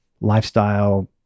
lifestyle